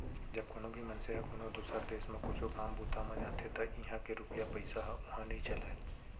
जब कोनो भी मनसे ह कोनो दुसर देस म कुछु काम बूता म जाथे त इहां के रूपिया पइसा ह उहां नइ चलय